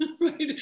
Right